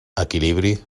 equilibri